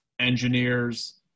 engineers